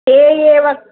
ते एव